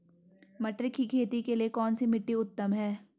मटर की खेती के लिए कौन सी मिट्टी उत्तम है?